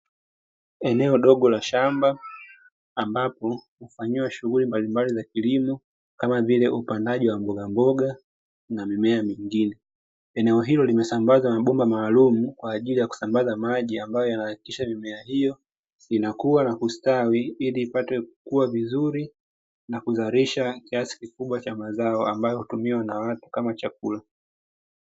Eneo dogo la shamba ambapo ufanyiwa shughuli mbalimbali za kilimo kama vile upandaji wa mbogamboga na mimea mingine. Eneo hilo limesambaza mabomba maalumu, kwaajili ya kusambaza maji, ambayo inahakikisha mimea hiyo inakuwa na kustawi, ilii pate kukua vizuri na kuzalisha kiwango kikubwa cha mazao ambayo utumiwa na watu kama chakula.